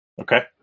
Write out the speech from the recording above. Okay